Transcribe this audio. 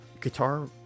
guitar